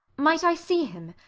might i see him?